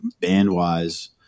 band-wise